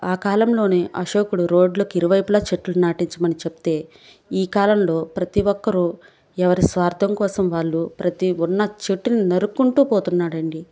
ఆ కాలంలోనే అశోకుడు రోడ్లకి ఇరువైపులా చెట్లు నటించమని చెప్తే ఈ కాలంలో ప్రతీ ఒక్కరూ ఎవరి స్వార్థం కోసం వాళ్ళు ప్రతీ ఉన్న చెట్టును నరుక్కుంటూ పోతున్నాడండి